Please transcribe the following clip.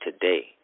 today